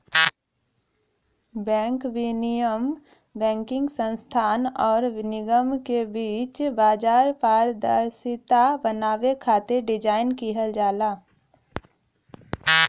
bank विनियम banking संस्थान आउर निगम के बीच बाजार पारदर्शिता बनावे खातिर डिज़ाइन किहल जाला